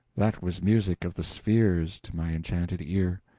that was music of the spheres to my enchanted ear.